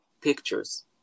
pictures